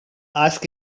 ask